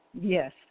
Yes